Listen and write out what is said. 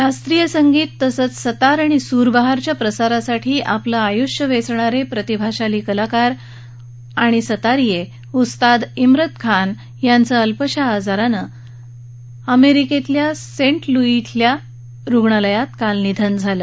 शास्त्रीय संगीत तसंच सतार आणि सूरबहार च्या प्रसारासाठी आपलं उभं आयूष्य वेचणारे प्रतिभाशाली कलाकार उस्ताद मित खान यांचं अल्पशा आजारानं अमेरिकेतील सेंट लुई शिल्या रुग्णालयात काल निधन झालं